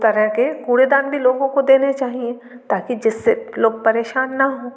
तरह के कूड़ेदान भी लोगों को देने चाहिए ताकि जिससे लोग परेशान ना हों